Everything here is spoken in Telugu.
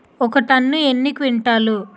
ఒక టన్ను ఎన్ని క్వింటాల్లు?